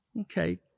Okay